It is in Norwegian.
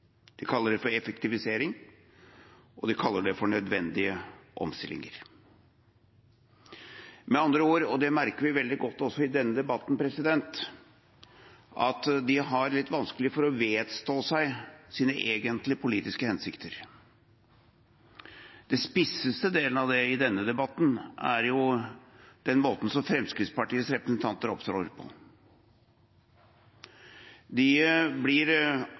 de kaller det modernisering, de kaller det effektivisering, og de kaller det nødvendige omstillinger. Med andre ord – og det merker vi veldig godt også i denne debatten: De har litt vanskelig for å vedstå seg sine egentlige politiske hensikter. Den spisseste delen av det i denne debatten er den måten som Fremskrittspartiets representanter opptrer på. De blir